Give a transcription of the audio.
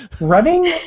Running